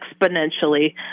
exponentially